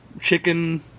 Chicken